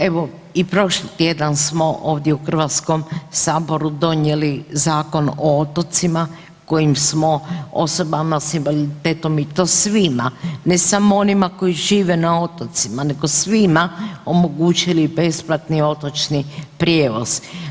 Evo, i prošli tjedan smo ovdje u HS-u donijeli Zakon o otocima kojim smo osobama s invaliditetom i to svima, ne samo onima koji žive na otocima, nego svima, omogućili besplatni otočni prijevoz.